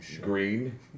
Green